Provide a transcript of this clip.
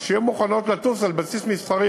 שתהיינה מוכנות לטוס על בסיס מסחרי,